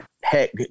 Heck